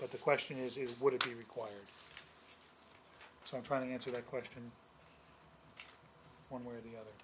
but the question is would it be required so i'm trying to answer that question one way or the other